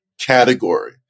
category